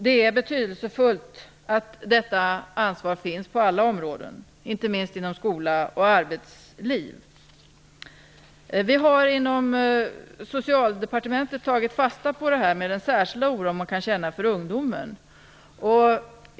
Det är betydelsefullt att detta ansvar tas på alla områden, inte minst inom skola och arbetsliv. Inom Socialdepartementet har vi tagit fasta på den särskilda oro som man kan känna för ungdomen.